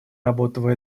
работы